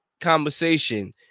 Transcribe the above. conversation